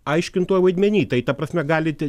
aiškintojo vaidmeny ta prasme gali te